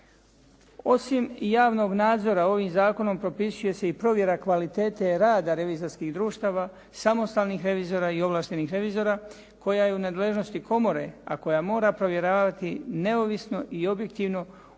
Osim javnog nadzora ovim zakonom propisuje se i provjera kvalitete rada revizorskih društava, samostalnih revizora i ovlaštenih revizora koja je u nadležnosti komore, a koja mora provjeravati neovisno i objektivno obavljaju